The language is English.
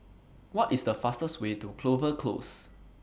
What IS The fastest Way to Clover Close